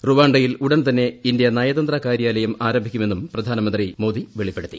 റുപാ യിൽ ഉടൻതന്നെ ഇന്ത്യ നയതന്ത്രകാര്യാലയം ആരംഭിക്കുമെന്നും പ്രധാനമന്ത്രി മോദി വെളിപ്പെടുത്തി